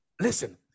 Listen